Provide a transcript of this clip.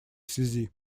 связи